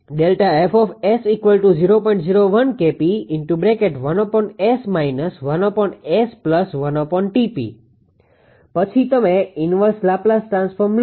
પછી તમે inverse Laplace transform લો